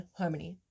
harmony